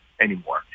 anymore